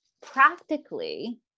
practically